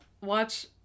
watch